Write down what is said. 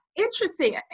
interesting